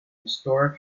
historic